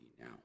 now